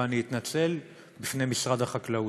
ואני אתנצל בפני משרד החקלאות.